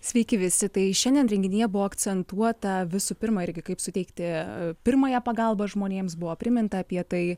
sveiki visi tai šiandien renginyje buvo akcentuota visų pirma irgi kaip suteikti pirmąją pagalbą žmonėms buvo priminta apie tai